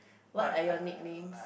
what are your nicknames